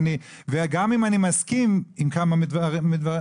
גם אם אני מסכים עם כמה מהדברים,